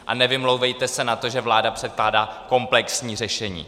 A nevymlouvejte se na to, že vláda předkládá komplexní řešení.